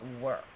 work